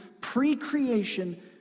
pre-creation